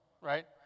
right